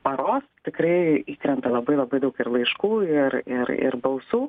paros tikrai įkrenta labai labai daug ir laiškų ir ir ir balsų